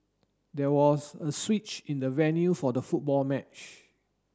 there was a switch in the venue for the football match